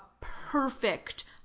perfect